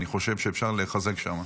אני חושב שאפשר לחזק שם.